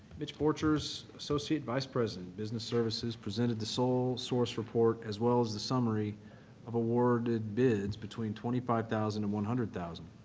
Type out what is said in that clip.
mitch borchers, associate vice president, business services, presented the sole-source report, as well as the summary of awarded bids between twenty five thousand dollars and one hundred thousand